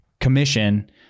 Commission